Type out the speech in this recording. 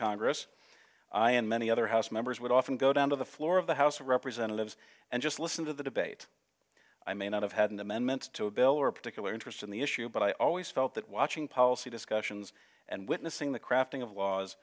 congress i and many other house members would often go down to the floor of the house of representatives and just listen to the debate i may not have had an amendment to a bill or a particular interest in the issue but i always felt that watching policy discussions and witnessing the crafting of